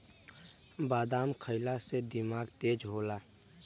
बादाम खइला से दिमाग तेज होला